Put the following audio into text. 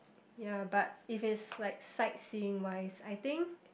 ya but if is like sightseeing wise I think